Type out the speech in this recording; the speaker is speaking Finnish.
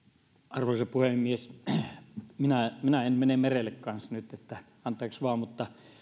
arvoisa puhemies minäkään en mene nyt merelle eli anteeksi vain mutta